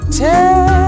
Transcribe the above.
tell